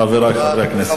חברי חברי הכנסת.